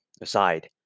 aside